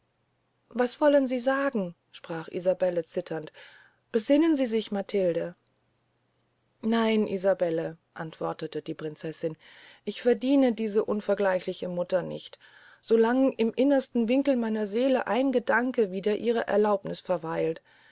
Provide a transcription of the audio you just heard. was wollen sie sagen sprach isabelle zitternd besinnen sie sich matilde nein isabelle antwortete die prinzessin ich verdiene diese unvergleichliche mutter nicht so lange im innersten winkel meiner seele ein gedanke wider ihre erlaubniß verweilt